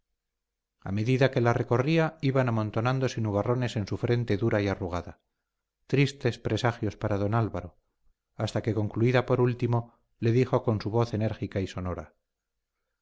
a medida que la recorría iban amontonándose nubarrones en su frente dura y arrugada tristes presagios para don álvaro hasta que concluida por último le dijo con su voz enérgica y sonora